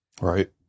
Right